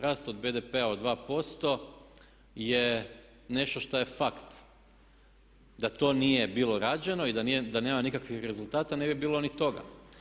Rast od BDP-a od 2% je nešto šta je fakt, da to nije bilo rađeno i da nema nikakvih rezultata ne bi bilo ni toga.